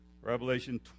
Revelation